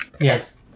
yes